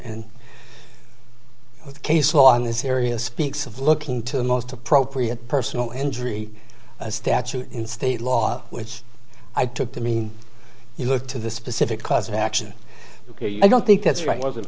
and the case law in this area speaks of looking to the most appropriate personal injury statute in state law which i took to mean you look to the specific cause of action i don't think that's right wasn't